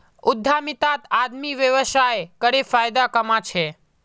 उद्यमितात आदमी व्यवसाय करे फायदा कमा छे